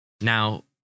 Now